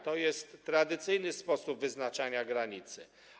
To jest tradycyjny sposób wyznaczania granicy.